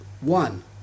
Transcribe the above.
one